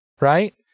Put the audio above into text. right